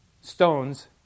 stones